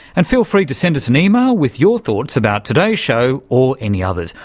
and feel free to send us an email with your thoughts about today's show, or any others.